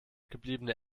gebliebene